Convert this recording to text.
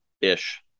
ish